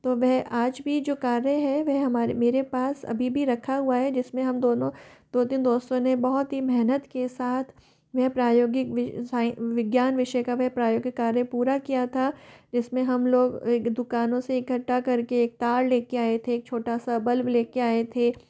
तो वह आज भी जो कार्य है वह हमारे मेरे पास अभी भी रखा हुआ है जिसमें हम दोनों दो तीन दोस्तों ने बहुत ही मेहनत के साथ वह प्रायोगिक विज्ञान विषय का वह प्रायोगिक कार्य पूरा किया था उसमें हम लोग एक दुकानों से एकठ्ठा करके तार ले कर आए थे एक छोटा सा बल्ब ले कर आए थे